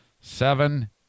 Seven